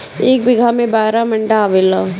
एक बीघा में बारह मंडा आवेला